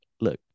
look